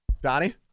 Donnie